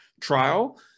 trial